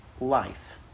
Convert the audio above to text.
life